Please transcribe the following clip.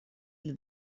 для